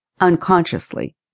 unconsciously